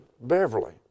Beverly